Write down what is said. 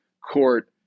court